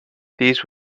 these